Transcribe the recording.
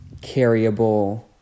carryable